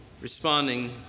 responding